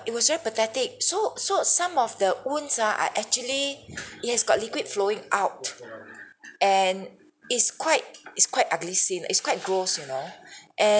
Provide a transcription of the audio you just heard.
it was very pathetic so so some of the wounds ah are actually it has got liquid flowing out and it's quite it's quite ugly scene ah it's quite gross you know and